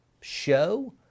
show